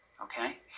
okay